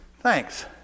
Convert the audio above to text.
Thanks